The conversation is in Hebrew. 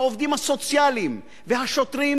העובדים הסוציאליים והשוטרים,